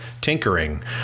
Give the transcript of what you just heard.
tinkering